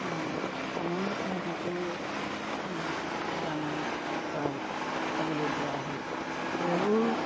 সময়ত সিহঁতকো দানা খুৱাই খাবলৈ দিয়া হয় গৰুৰ